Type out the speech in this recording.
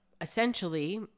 Essentially